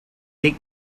wig